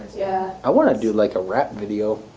yeah i want to do like a rap video.